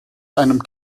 einem